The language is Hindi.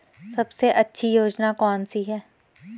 सबसे अच्छी योजना कोनसी है?